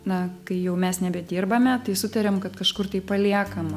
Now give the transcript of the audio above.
na kai jau mes nebedirbame tai sutariam kad kažkur tai paliekam